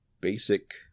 basic